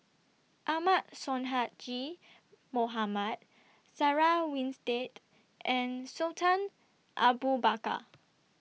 Ahmad Sonhadji Mohamad Sarah Winstedt and Sultan Abu Bakar